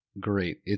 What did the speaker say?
Great